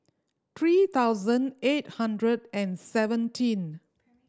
three thousand eight hundred and seventeen